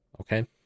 Okay